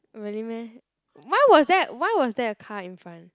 really meh why was there why was there a car in front